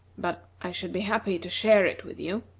but i should be happy to share it with you.